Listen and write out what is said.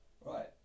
Right